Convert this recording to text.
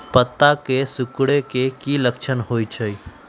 पत्ता के सिकुड़े के की लक्षण होइ छइ?